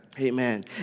Amen